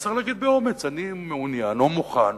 אז צריך להגיד באומץ: אני מעוניין או מוכן